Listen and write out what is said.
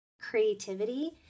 creativity